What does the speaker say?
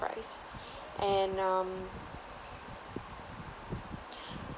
price and um